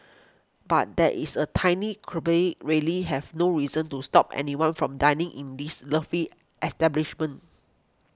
but that is a tiny quibble really have no reason to stop anyone from dining in this lovely establishment